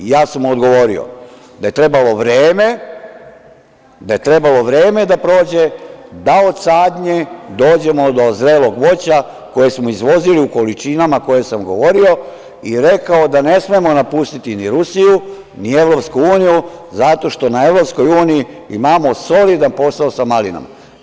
Odgovorio sam mu da je trebalo vreme da prođe da od sadnje dođemo do zrelog voća koje smo izvozili u količinama koje sam govorio i rekao da ne smemo napustiti ni Rusiju ni EU, zato što na EU imamo solidan posao sa malinama.